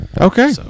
okay